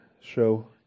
show